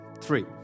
three